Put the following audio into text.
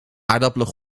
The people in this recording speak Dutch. aardappelen